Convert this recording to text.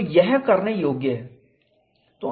तो यह करने योग्य है